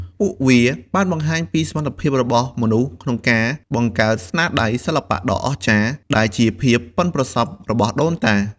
ពួកវាបានបង្ហាញពីសមត្ថភាពរបស់មនុស្សក្នុងការបង្កើតស្នាដៃសិល្បៈដ៏អស្ចារ្យ ដែលជាភាពប៉ិនប្រសប់របស់ដូនតា។